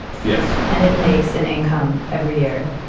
yes. and it makes an income every year.